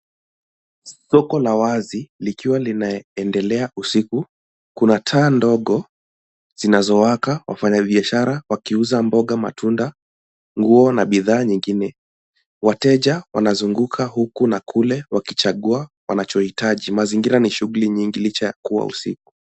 Soko la wazi likiwa linaendelea usiku. Kuna taa ndogo zinazazowaka wafanyabiashara wakiuza mboga, matunda, nguo na bidhaa nyingine. Wateja wanazunguka huku na kule wakichagua wanachohitaji. Mazingira ni shughuli nyingi licha ya kuwa usiku.